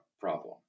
problem